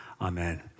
Amen